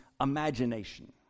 imagination